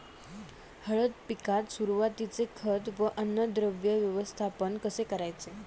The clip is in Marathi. हळद पिकात सुरुवातीचे खत व अन्नद्रव्य व्यवस्थापन कसे करायचे?